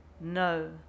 no